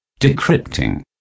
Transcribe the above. Decrypting